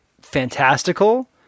fantastical